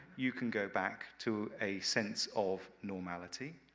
you can go back to a sense of normality.